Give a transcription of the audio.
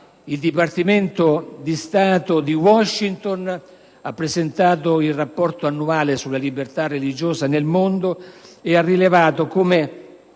il Dipartimento di Stato di Washington, nel presentare il rapporto annuale sulla libertà religiosa nel mondo, ha rilevato come